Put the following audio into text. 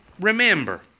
remember